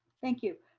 thank you,